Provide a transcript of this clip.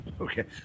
Okay